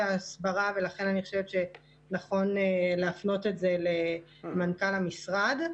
ההסברה ולכן אני חושב שנכון להפנות את זה למנכ"ל המשרד.